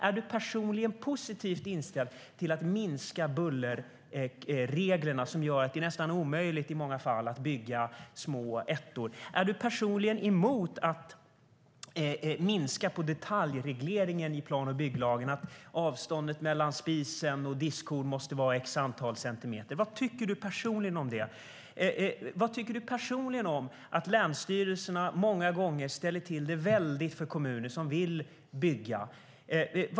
Är du personligen positivt inställd till att minska de bullerregler som gör att det i många fall är nästan omöjligt att bygga små ettor? Vad tycker du personligen om att länsstyrelserna många gånger ställer till det väldigt för kommuner som vill bygga?